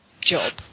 job